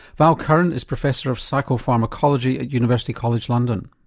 val curran is professor of psychopharmacology at university college london.